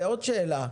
עוד שאלה.